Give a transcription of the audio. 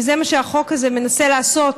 וזה מה שהחוק הזה מנסה לעשות,